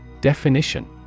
Definition